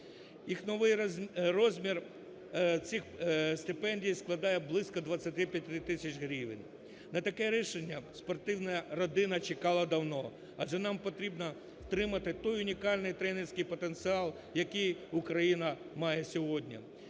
Їх новий розмір цих стипендій складає близько 25 тисяч гривень. На таке рішення спортивна родина чекала давно, адже нам потрібно втримати той унікальний тренерський потенціал, який Україна має сьогодні.